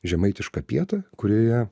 žemaitišką pietą kurioje